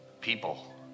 people